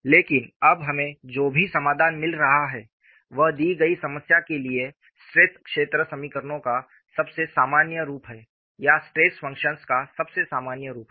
लेकिन अब हमें जो भी समाधान मिल रहा है वह दी गई समस्या के लिए स्ट्रेस क्षेत्र समीकरणों का सबसे सामान्य रूप है या स्ट्रेस फंक्शन्स का सबसे सामान्य रूप है